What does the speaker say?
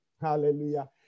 hallelujah